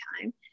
time